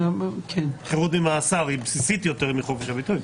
חירות ממאסר היא בסיסית יותר מחופש הביטוי.